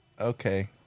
Okay